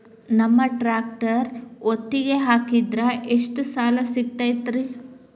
ನಮ್ಮ ಟ್ರ್ಯಾಕ್ಟರ್ ಒತ್ತಿಗೆ ಹಾಕಿದ್ರ ಎಷ್ಟ ಸಾಲ ಸಿಗತೈತ್ರಿ?